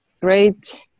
great